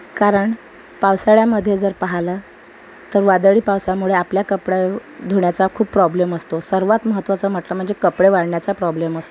कारण पावसाळ्यामध्ये जर पाहिलं तर वादळी पावसामुळे आपल्या कपड्याव् धुण्याचा खूप प्रॉब्लेम असतो सर्वात महत्त्वाचं म्हटलं म्हणजे कपडे वाळण्याचा प्रॉब्लेम असतो